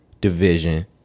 Division